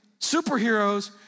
superheroes